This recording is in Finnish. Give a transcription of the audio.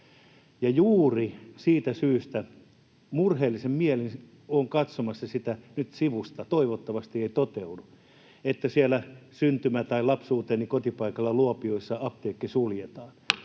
juuri siitä syystä murheellisin mielin olen katsomassa sitä nyt sivusta — toivottavasti ei toteudu — että siellä syntymä- tai lapsuuteni kotipaikalla Luopioisissa apteekki suljetaan.